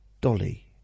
Dolly